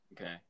Okay